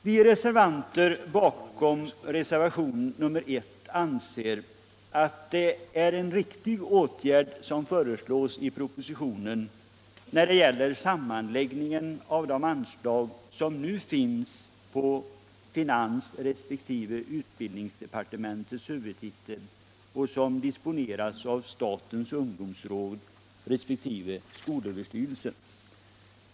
Vi rservanter bakom reservationen I menar att det är en riktig åtgärd som föreslås i propositionen, när det gäller sammanläggningen av de anslag som nu finns på finansresp. utbildningsdepartementets huvudtitel och som disponeras av statens ungdomsråd resp. skolöverstyrelsen.